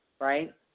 Right